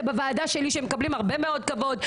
בוועדה שלי שמקבלים הרבה מאוד כבוד,